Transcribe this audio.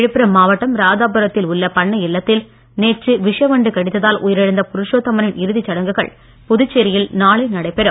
விழுப்புரம் மாவட்டம் ராதாபுரத்தில் உள்ள பண்ணை இல்லத்தில் நேற்று விஷ வண்டு கடித்ததால் உயிரிழந்த புருஷோத்தமனின் இறுதிச் சடங்குகள் புதுச்சேரியில் நாளை நடைபெறும்